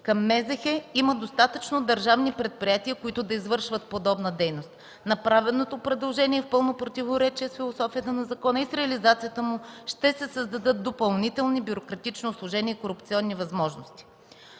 и храните има достатъчно държавни предприятия, които да извършват подобна дейност. Направеното предложение е в пълно противоречие с философията на закона и с реализацията му ще се създадат допълнителни бюрократични усложнения и корупционни възможности.